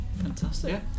Fantastic